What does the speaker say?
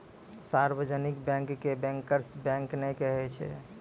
सार्जवनिक bank के bankers bank नै कहै छै